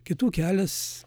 kitų kelias